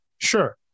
sure